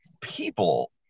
people